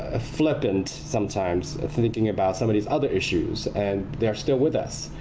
ah flippant sometimes thinking about some of these other issues. and they are still with us.